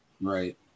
Right